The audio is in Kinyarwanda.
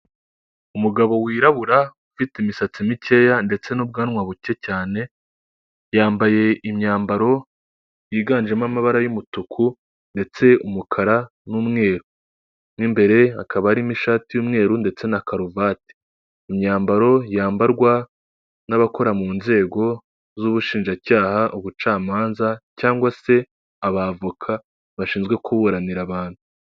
Ni inyubako iriho icyapa, kigaragaza ko ari mu karere ka Nyanza, uruganda rutunganya ibikomoka ku nka. Hari amata, hari yawurute, hari ayo mu tujerekani, ndetse n'amata yo mu dukombe. Uru ruganda ruherereye i Nyanza.